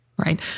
Right